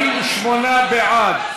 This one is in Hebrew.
48 בעד,